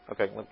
Okay